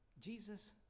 Jesus